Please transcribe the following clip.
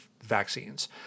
vaccines